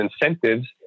incentives